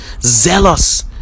zealous